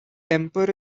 temper